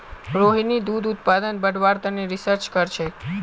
रोहिणी दूध उत्पादन बढ़व्वार तने रिसर्च करछेक